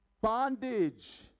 bondage